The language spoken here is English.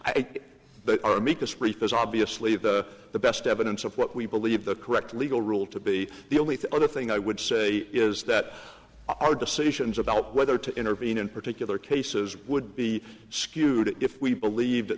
is obviously the best evidence of what we believe the correct legal rule to be the only thought of thing i would say is that our decisions about whether to intervene in particular cases would be skewed if we believe